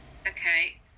Okay